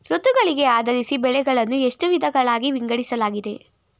ಋತುಗಳಿಗೆ ಆಧರಿಸಿ ಬೆಳೆಗಳನ್ನು ಎಷ್ಟು ವಿಧಗಳಾಗಿ ವಿಂಗಡಿಸಲಾಗಿದೆ?